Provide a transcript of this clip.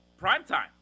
primetime